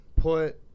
put